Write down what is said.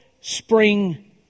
spring